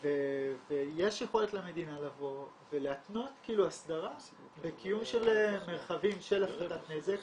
ויש יכולת למדינה לבוא ולהתנות הסדרה בקיום של מרחבים של הפחתת נזק,